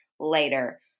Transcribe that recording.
later